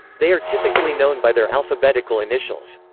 they are typically known by their alphabetical initials.